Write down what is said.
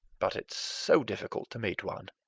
but it's so difficult to meet one.